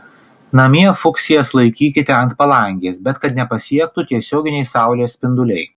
namie fuksijas laikykite ant palangės bet kad nepasiektų tiesioginiai saulės spinduliai